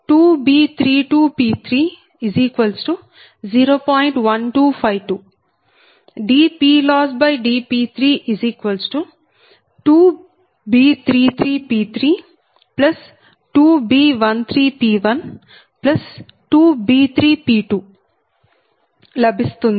3196లభిస్తుంది